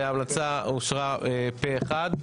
ההמלצה אושרה פה אחד.